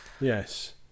yes